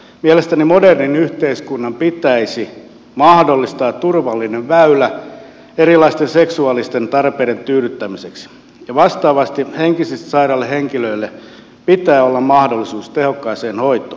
mielestäni modernin yhteiskunnan pitäisi mahdollistaa turvallinen väylä erilaisten seksuaalisten tarpeiden tyydyttämiseksi ja vastaavasti henkisesti sairailla henkilöillä pitää olla mahdollisuus tehokkaaseen hoitoon